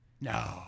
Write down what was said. No